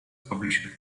publisher